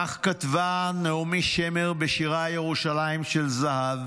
כך כתבה נעמי שמר בשירה "ירושלים של זהב":